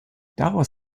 daraus